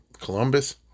Columbus